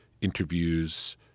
interviews